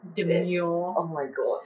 oh my god